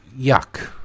yuck